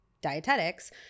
Dietetics